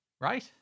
right